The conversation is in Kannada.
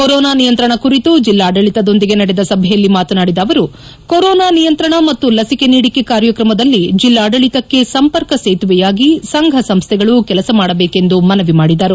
ಕೊರೊನಾ ನಿಯಂತ್ರಣ ಕುರಿತು ಜಿಲ್ಲಾಡಳಿತದೊಂದಿಗೆ ನಡೆದ ಸಭೆಯಲ್ಲಿ ಮಾತನಾಡಿದ ಅವರು ಕೊರೊನಾ ನಿಯಂತ್ರಣ ಮತ್ತು ಲಸಿಕೆ ನೀಡಿಕೆ ಕಾರ್ಯಕ್ರಮದಲ್ಲಿ ಜಿಲ್ಲಾಡಳಿತಕ್ಕೆ ಸಂಪರ್ಕ ಸೇತುವೆಯಾಗಿ ಸಂಘಸಂಸ್ಲೆಗಳು ಕೆಲಸ ಮಾಡಬೇಕೆಂದು ಮನವಿ ಮಾಡಿದರು